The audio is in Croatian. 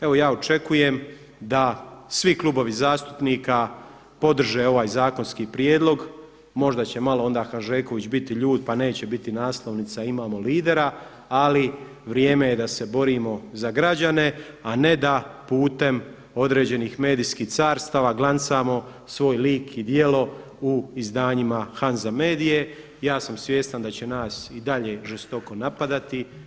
Evo ja očekujem da svi klubovi zastupnika podrže ovaj zakonski prijedlog, možda će malo onda Hanžeković biti ljut pa neće biti naslovnica „Imamo lidera“ ali vrijeme je da se borimo za građane, a ne da putem određenim medijskih carstava glancamo svoj lik i djelo u izdanjima Hanza Medie ja sam svjestan da će nas i dalje žestoko napadati.